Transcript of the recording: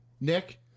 Nick